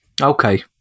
okay